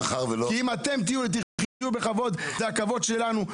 כי אם אתם תחיו בכבוד זה הכבוד שלנו,